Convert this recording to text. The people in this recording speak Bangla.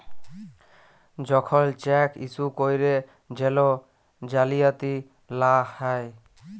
যখল চ্যাক ইস্যু ক্যইরে জেল জালিয়াতি লা হ্যয়